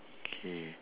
K